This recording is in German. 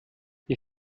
wir